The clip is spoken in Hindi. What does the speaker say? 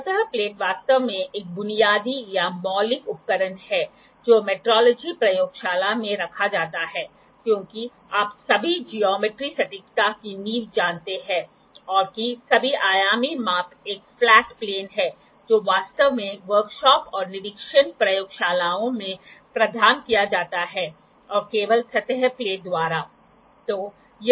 सतह प्लेट वास्तव में एक बुनियादी या मौलिक उपकरण है जो मेट्रोलॉजी प्रयोगशाला में रखा जाता है क्योंकि आप सभी ज्यामिट्री सटीकता की नींव जानते हैं और कि सभी आयामी माप एक फ्लैट प्लेन है जो वास्तव में वर्कशोप और निरीक्षण प्रयोगशालाएं में प्रदान किया जाता है और केवल सतह प्लेट द्वारा